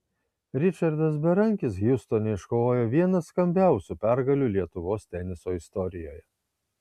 ričardas berankis hjustone iškovojo vieną skambiausių pergalių lietuvos teniso istorijoje